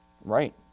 right